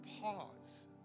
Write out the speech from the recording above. pause